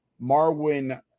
Marwin